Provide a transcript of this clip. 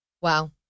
Wow